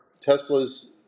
tesla's